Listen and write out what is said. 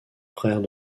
frère